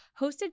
hosted